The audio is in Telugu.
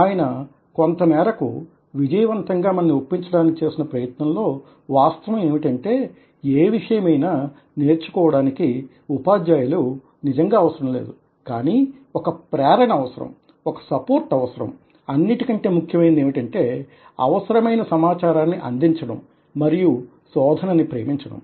ఆయన కొంతమేరకు విజయవంతంగా మనని ఒప్పించడానికి చేసిన ప్రయత్నం లో వాస్తవం ఏమిటంటే ఏ విషయమైనా నేర్చుకోవడానికి ఉపాధ్యాయులు నిజంగా అవసరం లేదు కానీ నీ ఒక ప్రేరణ అవసరం ఒక సపోర్ట్ అవసరం అన్నిటికంటే ముఖ్యమైనది ఏమిటంటే అవసరమైన సమాచారాన్ని అందించడం మరియు శోధన ని ప్రేమించడం